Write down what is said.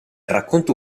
racconto